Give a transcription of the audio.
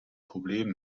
problem